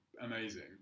amazing